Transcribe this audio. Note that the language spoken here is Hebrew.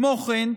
כמו כן,